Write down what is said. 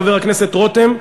חבר הכנסת רותם,